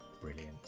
brilliant